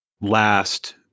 last